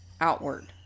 outward